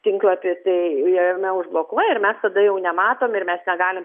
tinklapį tai jame užblokuoja ir mes tada jau nematom ir mes negalim